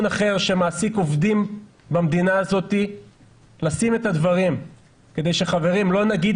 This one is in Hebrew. אחר שמעסיק עובדים במדינה הזאת לשים את הדברים כדי שלא נגיד